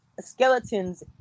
skeletons